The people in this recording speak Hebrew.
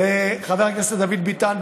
לחבר הכנסת דוד ביטן,